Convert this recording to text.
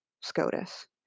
SCOTUS